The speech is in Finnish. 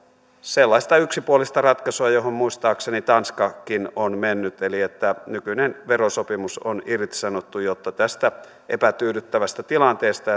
sellaista yksipuolista ratkaisua johon muistaakseni tanskakin on mennyt eli nykyinen verosopimus on irtisanottu jotta tästä epätyydyttävästä tilanteesta